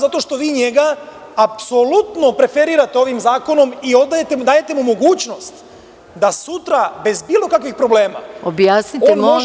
Zato što vi njega apsolutno preferirate ovim zakonom i dajete mu mogućnost da sutra bez bilo kakvih problema on može na 30 godina…